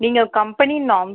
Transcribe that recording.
நீங்கள் company norms